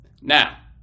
now